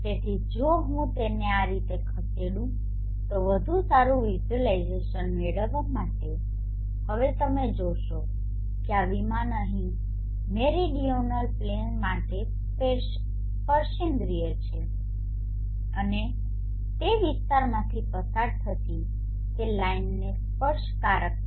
તેથી જો હું તેને આ રીતે ખસેડું તો વધુ સારું વિઝ્યુલાઇઝેશન મેળવવા માટે હવે તમે જોશો કે આ વિમાન અહીં મેરીડિઓનલ પ્લેન માટે સ્પર્શેન્દ્રિય છે અને તે વિસ્તારમાંથી પસાર થતી તે લાઇનને સ્પર્શકારક છે